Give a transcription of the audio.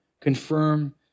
confirm